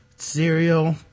cereal